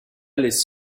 laisse